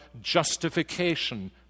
justification